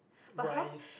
rice